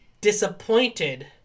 disappointed